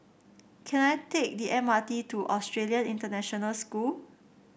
can I take the M R T to Australian International School